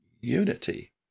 unity